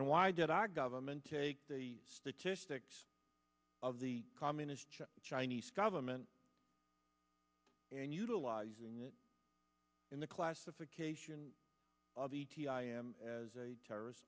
and why did our government take the statistics of the communist chinese government and utilizing it in the classification of the i am as a terrorist